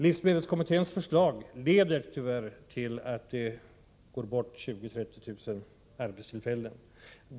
Livsmedelskommitténs förslag leder tyvärr till att det försvinner 20 000 30 000 arbetstillfällen.